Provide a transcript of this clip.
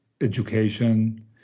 education